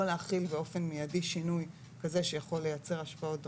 לא להחיל באופן מיידי שינוי כזה שיכול לייצר השפעות דרמטיות,